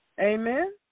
Amen